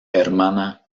hermana